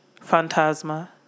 Phantasma